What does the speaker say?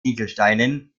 ziegelsteinen